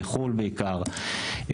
בחו"ל בעיקר,